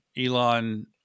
Elon